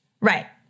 right